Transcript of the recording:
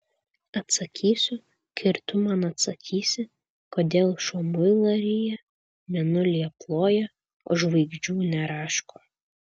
atsakysiu kai ir tu man atsakysi kodėl šuo muilą ryja mėnulį aploja o žvaigždžių neraško